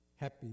Happy